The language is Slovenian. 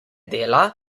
dela